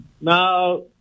Now